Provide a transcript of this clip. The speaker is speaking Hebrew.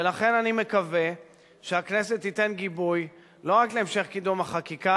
ולכן אני מקווה שהכנסת תיתן גיבוי לא רק להמשך קידום החקיקה